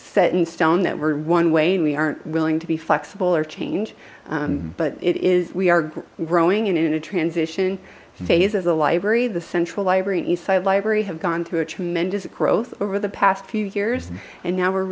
set in stone that were one way and we aren't willing to be flexible or change but it is we are growing and in a transition phase as a library the central library east side library have gone through a tremendous growth over the past few years and now we're